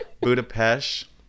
Budapest